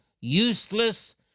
useless